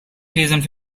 peasant